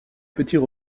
petits